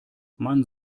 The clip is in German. man